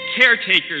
caretakers